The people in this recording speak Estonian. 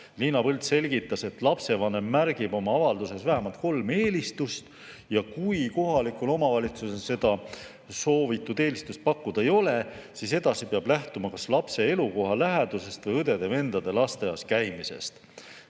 Liina Põld selgitas, et lapsevanem märgib oma avalduses vähemalt kolm eelistust ja kui kohalikul omavalitsusel soovitud kohta pakkuda ei ole, siis edasi peab lähtuma kas lapse elukoha lähedusest või õdede-vendade lasteaias käimisest.